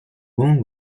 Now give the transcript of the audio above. moon